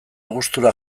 gustura